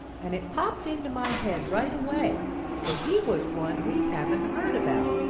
and it popped into my head right away that he was one we haven't heard about,